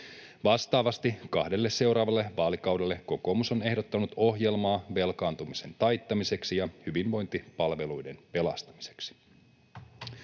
Vastaavasti kahdelle seuraavalle vaalikaudelle kokoomus on ehdottanut ohjelmaa velkaantumisen taittamiseksi ja hyvinvointipalveluiden pelastamiseksi.